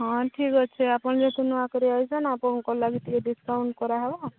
ହଁ ଠିକ୍ ଅଛି ଆପଣଙ୍କ ଯଦି ନ କରିବ ଆପଣଙ୍କ ଲାଗି ଟିକେ ଡିସ୍କାଉଣ୍ଟ କରା ହେବ